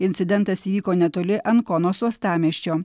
incidentas įvyko netoli ankonos uostamiesčio